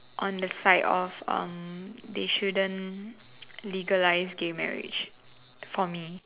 on the side of um they shouldn't legalize gay marriage for me